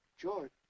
George